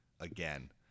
again